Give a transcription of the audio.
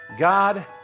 God